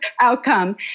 outcome